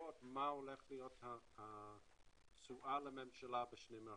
גבוהות מה הולכת להיות התשואה לממשלה בשנים האחרונות.